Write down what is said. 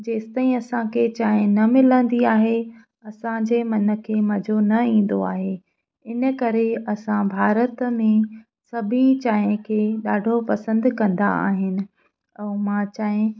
जेसि ताईं असांखे चांहि न मिलंदी आहे असांजे मन खे मज़ो न ईंदो आहे इन करे असां भारत में सभई चांहि खे ॾाढो पसंदि कंदा आहिनि ऐं मां चांहि